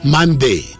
Monday